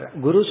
Guru